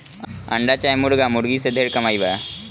अंडा चाहे मुर्गा मुर्गी से ढेर कमाई बा